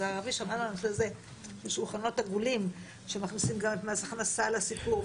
הערבי שיש שולחנות עגולים שמכניסים גם את מס הכנסה לסיפור,